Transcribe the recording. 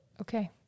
Okay